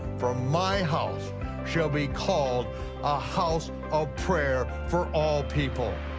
for my house shall be called a house of prayer for all people.